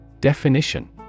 Definition